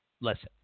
listen